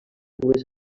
dues